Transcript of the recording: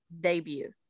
debut